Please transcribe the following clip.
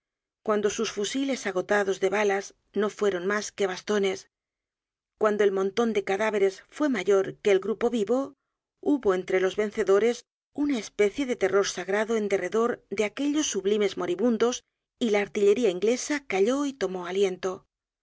cuando sus fusiles agotados de balas no fueron mas que bastones cuando el monton de cadáveres fue mayor que el grupo vivo hubo entre los vencedores una especie de terror sagrado en derredor de aquellos sublimes moribundos y la artillería inglesa calló y tomó aliento